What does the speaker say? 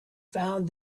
found